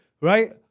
right